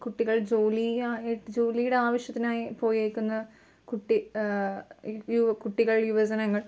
കുട്ടികൾ ജോലിയായിട്ട് ജോലിയുടെ ആവശ്യത്തിനായി പോയേക്കുന്ന കുട്ടി കുട്ടികൾ യുവജനങ്ങൾ